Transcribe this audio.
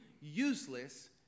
useless